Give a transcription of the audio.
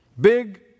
big